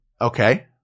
Okay